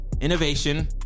Innovation